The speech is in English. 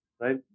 right